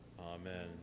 Amen